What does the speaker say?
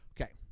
Okay